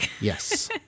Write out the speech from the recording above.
Yes